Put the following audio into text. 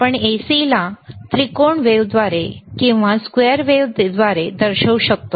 आपण AC ला त्रिकोणाद्वारे किंवा स्क्वेअर वेव्ह देखील दर्शवू शकतो